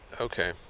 okay